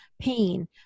pain